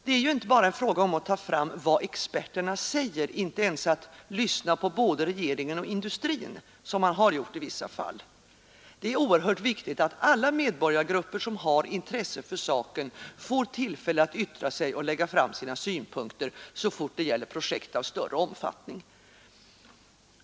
Det är ju inte bara en fråga om att ta fram vad experterna säger — inte ens att lyssna på både regeringen och industrin, såsom man har gjort i vissa fall. Det är oerhört viktigt att alla medborgargrupper, som har intresse för saken, får tillfälle att yttra sig och lägga fram sina synpunkter, så fort det gäller projekt av större omfattning.